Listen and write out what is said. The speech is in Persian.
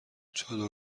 چادر